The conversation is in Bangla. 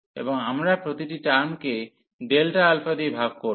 এবং আমরা প্রতিটি টার্মকে Δα দিয়ে ভাগ করব